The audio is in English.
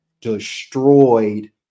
destroyed